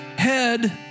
head